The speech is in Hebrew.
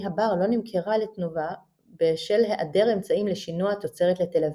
הבר לא נמכרה לתנובה בשל היעדר אמצעים לשינוע התוצרת לתל אביב.